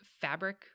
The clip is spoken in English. fabric